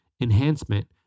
enhancement